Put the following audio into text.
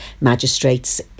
Magistrate's